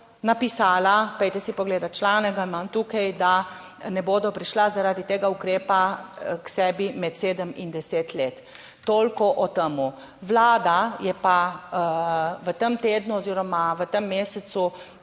napisala, pojdite si pogledati članek, ga imam tukaj, da ne bodo prišla zaradi tega ukrepa. K sebi med sedem in deset let, toliko o tem. Vlada je pa v tem tednu oziroma v tem mesecu